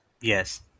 Yes